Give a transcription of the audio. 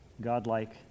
God-like